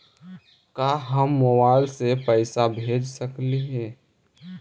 का हम मोबाईल से पैसा भेज सकली हे?